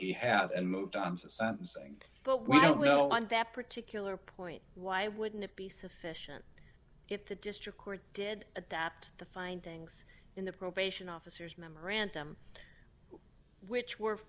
he had and moved on to sentencing but we don't know on that particular point why wouldn't it be sufficient if the district court did adapt the findings in the probation officers memorandum which were